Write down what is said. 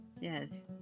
yes